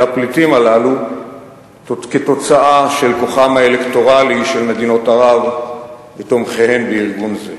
הפליטים הללו כתוצאה מכוחם האלקטורלי של מדינות ערב ותומכיהן בארגון זה.